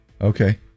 Okay